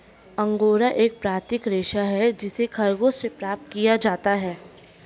angora एक प्राकृतिक रेशा है जिसे खरगोश से प्राप्त किया जाता है